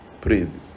praises